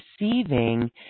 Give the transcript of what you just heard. receiving